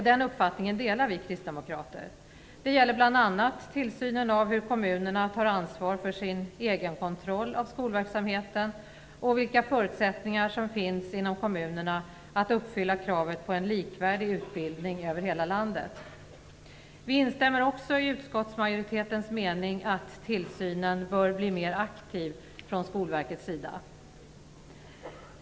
Den uppfattningen delar vi kristdemokrater. Det gäller bl.a. tillsynen av hur kommunerna tar ansvar för sin egenkontroll av skolverksamheten och vilka förutsättningar som finns inom kommunerna att uppfylla kravet på en likvärdig utbildning över hela landet. Vi instämmer också i utskottsmajoritetens mening att tillsynen bör bli mer aktiv från Skolverkets sida.